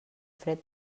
fred